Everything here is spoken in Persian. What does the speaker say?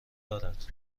دارد